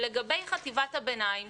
לגבי חטיבת הביניים,